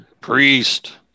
Priest